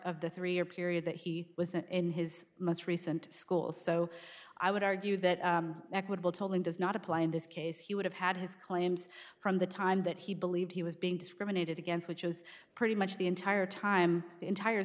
of the three year period that he was in his most recent school so i would argue that equitable tolling does not apply in this case he would have had his claims from the time that he believed he was being discriminated against which was pretty much the entire time the entire